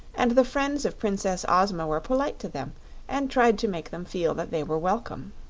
and the friends of princess ozma were polite to them and tried to make them feel that they were welcome.